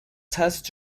test